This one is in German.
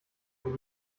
wie